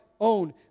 own